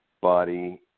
body